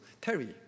terry